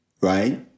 right